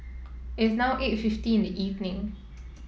it's now eight fifty in the evening